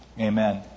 Amen